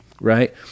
Right